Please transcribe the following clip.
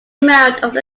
amount